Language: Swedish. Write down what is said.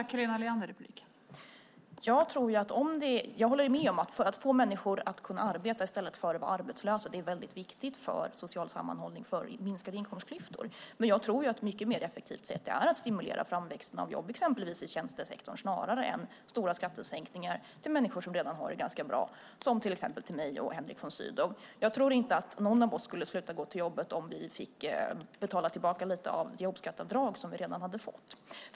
Fru talman! Jag håller med om att det är väldigt viktigt för social sammanhållning och minskade inkomstklyftor att få människor att kunna arbeta i stället för att vara arbetslösa. Men det är ett mycket mer effektivt sätt att stimulera framväxten av jobb inom exempelvis tjänstesektorn snarare än att ge stora skattesänkningar till människor som redan har det ganska bra som till exempel till mig och Henrik von Sydow. Jag tror inte att någon av oss skulle sluta gå till jobbet om vi skulle få betala tillbaka lite av det jobbskatteavdrag som vi redan hade fått.